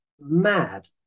mad